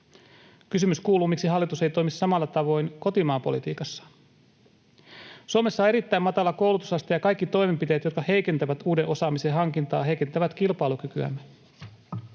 Kysymys kuuluu: miksi hallitus ei toimi samalla tavoin kotimaan politiikassaan? Suomessa on erittäin matala koulutusaste, ja kaikki toimenpiteet, jotka heikentävät uuden osaamisen hankintaa, heikentävät kilpailukykyämme.